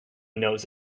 knows